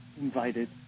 invited